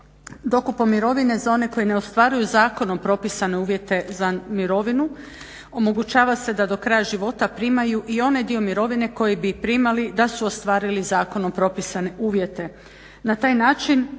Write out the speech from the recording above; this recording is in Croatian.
Dokupom mirovine za one koji ne ostvaruju zakonom propisane uvjete za mirovinu omogućava se da do kraja života primaju i onaj dio mirovine koji bi primali da su ostvarili zakonom propisane uvjete.